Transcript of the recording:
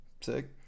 sick